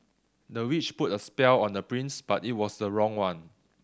the witch put a spell on the prince but it was the wrong one